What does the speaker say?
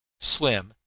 slim,